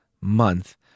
month